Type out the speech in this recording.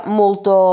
molto